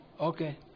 Okay